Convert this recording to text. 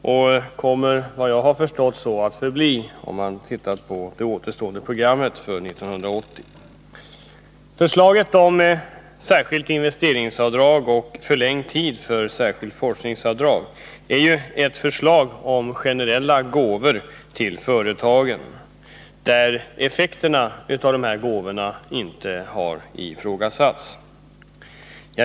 Och den kommer, med tanke på det återstående programmet för 1980, såvitt jag förstår att så förbli. forskningsavdrag är ett förslag om generella gåvor till företagen där effekterna av dessa gåvor inte har ifrågasatts.